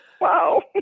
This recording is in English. Wow